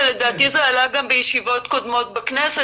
ולדעתי זה עלה גם בישיבות קודמות בכנסת